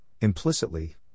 implicitly